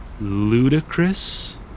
ludicrous